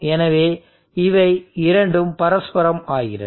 எனவே இவை இரண்டும் பரஸ்பரம் ஆகிறது